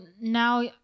now